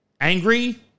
angry